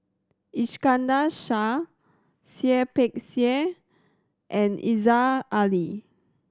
Iskandar Shah Seah Peck Seah and Aziza Ali